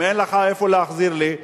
אם אין לך איפה להחזיר לי,